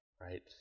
right